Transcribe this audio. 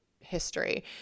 history